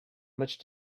much